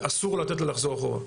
ואסור לתת לה לחזור אחורה.